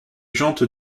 jantes